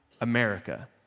America